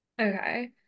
Okay